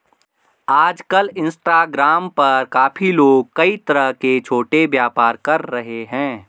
आजकल इंस्टाग्राम पर काफी लोग कई तरह के छोटे व्यापार कर रहे हैं